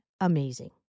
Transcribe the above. amazing